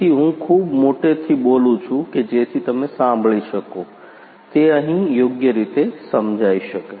તેથી હું ખૂબ મોટેથી બોલુ છું કે જેથી તમે સાંભળી શકો તે અહીં યોગ્ય રીતે સમજાય શકે